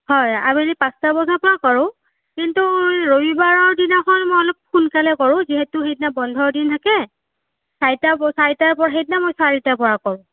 হয় আবেলি পাঁচটা বজাৰ পৰা কৰোঁ কিন্তু ৰবিবাৰৰ দিনাখন মই অলপ সোনকালে কৰোঁ যিহেতু সেইদিনা বন্ধৰ দিন থাকে সেইদিনা মই চাৰিটাৰ পৰা কৰোঁ